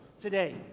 today